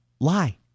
lie